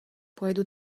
pojedu